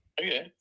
Okay